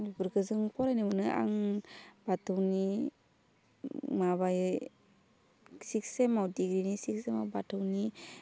बेफोरखौ जों फरायनो मोनो आं बाथौनि माबायै सिक्स सेमाव डिग्रिनि सिक्स सेमाव बाथौनि